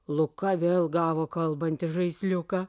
luka vėl gavo kalbantį žaisliuką